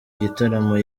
gitaramo